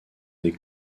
des